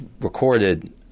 recorded